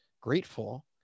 grateful